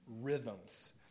rhythms